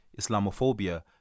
Islamophobia